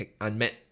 unmet